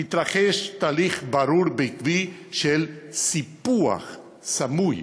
מתרחש תהליך ברור ועקבי של סיפוח סמוי,